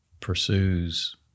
pursues